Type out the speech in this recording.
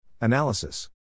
Analysis